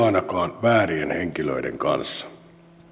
ainakaan väärien henkilöiden kanssa